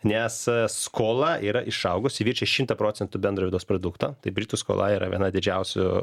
nes skola yra išaugusi viršija šimtą procentų bendro vidaus produkto tai britų skola yra viena didžiausių